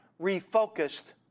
refocused